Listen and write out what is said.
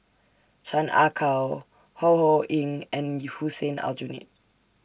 Chan Ah Kow Ho Ho Ying and Hussein Aljunied